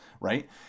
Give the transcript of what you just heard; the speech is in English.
right